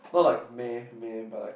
not like meh meh but like